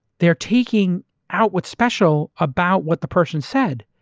they're taking out what's special about what the person said.